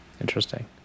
interesting